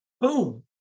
boom